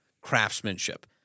craftsmanship